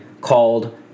called